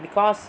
because